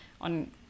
On